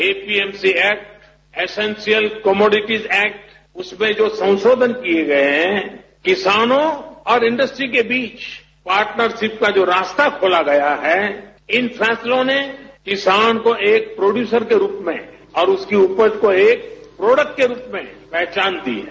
APMC act essential commodity act उसमें जो संरोधन किए गए हैं किसानों और इंडस्ट्री के बीच पार्टनरशिप का जो रास्ता खोला गया है इन फैसलों ने किसान को एक प्रोडयुसर के रूप में और उसकी उपज को एक प्रोडक्ट के रूप में पहचान दी है